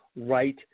right